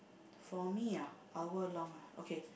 for me ah hour long ah okay